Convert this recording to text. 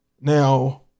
Now